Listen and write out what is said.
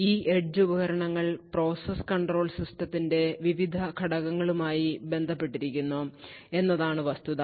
ഈ എഡ്ജ് ഉപകരണങ്ങൾ process control സിസ്റ്റത്തിന്റെ വിവിധ ഘടകങ്ങളുമായി ബന്ധപ്പെട്ടിരിക്കുന്നു എന്നതാണ് വസ്തുത